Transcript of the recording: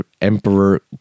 Emperor